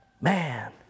Man